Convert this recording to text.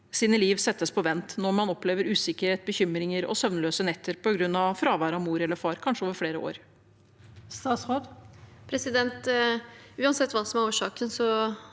barnas liv settes på vent når man opplever usikkerhet, bekymringer og søvnløse netter på grunn av fravær av mor eller far, kanskje over flere år? Statsråd Emilie Mehl Uansett hva som er årsaken,